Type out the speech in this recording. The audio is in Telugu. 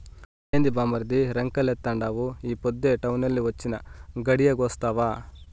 ఏంది బామ్మర్ది రంకెలేత్తండావు ఈ పొద్దే టౌనెల్లి వొచ్చినా, గడియాగొస్తావా